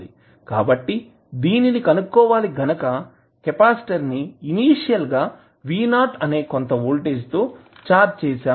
కాబట్టి దీనిని కనుక్కోవాలి గనుక కెపాసిటర్ ని ఇనీషియల్ గా V0 అనే కొంత వోల్టేజ్ తో ఛార్జ్ చేసాము అని అనుకుందాం